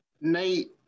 Nate